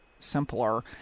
simpler